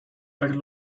per